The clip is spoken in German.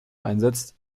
einsetzt